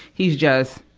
he's just,